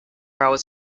our